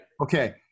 Okay